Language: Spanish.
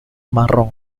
marrón